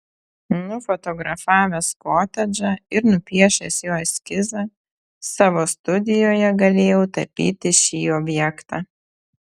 nufotografavęs kotedžą ir nupiešęs jo eskizą savo studijoje galėjau tapyti šį objektą